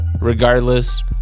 regardless